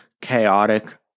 chaotic